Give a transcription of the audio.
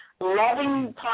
Loving